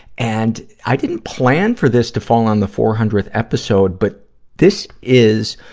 and i didn't plan for this to fall on the four hundredth episode, but this is,